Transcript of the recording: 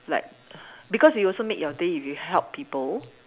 like because it also make your day if you help people